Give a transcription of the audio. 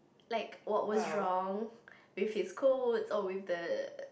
like what was wrong with his codes or with the